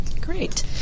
Great